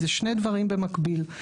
זה שני דברים במקביל.